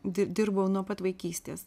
di dirbau nuo pat vaikystės